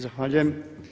Zahvaljujem.